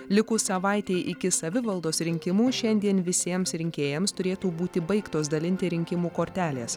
likus savaitei iki savivaldos rinkimų šiandien visiems rinkėjams turėtų būti baigtos dalinti rinkimų kortelės